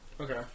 Okay